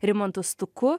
rimantu stuku